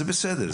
זה בסדר,